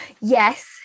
Yes